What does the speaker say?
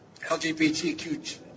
LGBTQ